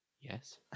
Yes